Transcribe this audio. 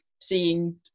seeing